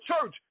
church